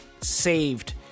saved